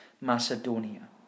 Macedonia